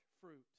fruit